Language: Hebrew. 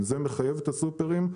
זה מחייב את הסופרים,